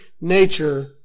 nature